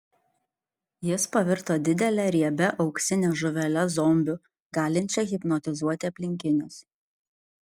jis pavirto didele riebia auksine žuvele zombiu galinčia hipnotizuoti aplinkinius